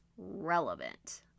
Relevant